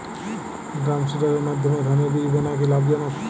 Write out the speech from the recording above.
ড্রামসিডারের মাধ্যমে ধানের বীজ বোনা কি লাভজনক?